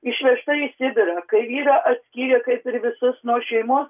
išvežta į sibirą kai vyrą atskyrė kaip ir visus nuo šeimos